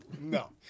No